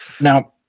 now